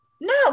No